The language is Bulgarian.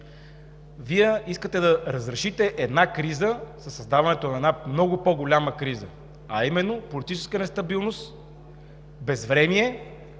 Вие искате да разрешите една криза със създаването на много по-голяма криза, а именно политическа нестабилност, безвремие